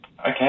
Okay